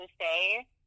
say